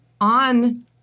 on